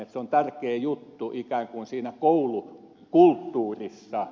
se on tärkeä juttu ikään kuin siinä koulukulttuurissa